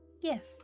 Yes